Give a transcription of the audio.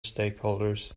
stakeholders